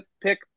pick